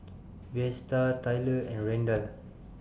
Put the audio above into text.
Vlasta Tylor and Randal